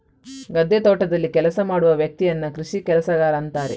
ಗದ್ದೆ, ತೋಟದಲ್ಲಿ ಕೆಲಸ ಮಾಡುವ ವ್ಯಕ್ತಿಯನ್ನ ಕೃಷಿ ಕೆಲಸಗಾರ ಅಂತಾರೆ